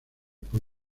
por